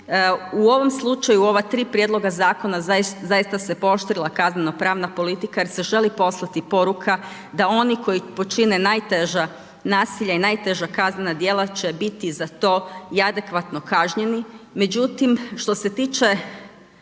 U ovom slučaju u ova tri prijedloga zakona zaista se pooštrila kaznenopravna politika jer se želi poslati poruka da oni koji počine najteža nasilja i najteža kaznena djela će biti za to i adekvatno kažnjeni.